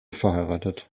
verheiratet